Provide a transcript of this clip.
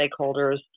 stakeholders